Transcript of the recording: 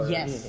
Yes